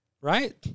Right